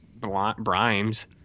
brimes